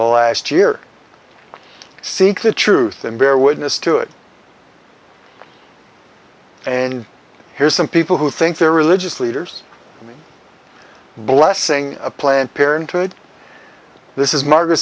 the last year seek the truth and bear witness to it and here's some people who think their religious leaders blessing planned parenthood this is margaret